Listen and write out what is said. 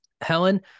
Helen